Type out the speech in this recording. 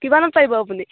কিমানত পাৰিব আপুনি